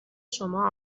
شما